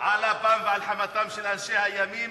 על אפם ועל חמתם של אנשי הימין,